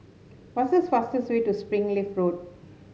what's the fastest way to Springleaf Road